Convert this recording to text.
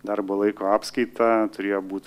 darbo laiko apskaitą turėjo būt